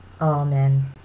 amen